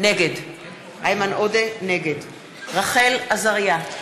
נגד רחל עזריה,